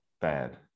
Bad